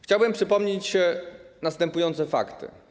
Chciałbym przypomnieć następujące fakty.